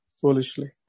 foolishly